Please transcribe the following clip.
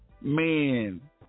man